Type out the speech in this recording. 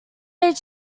did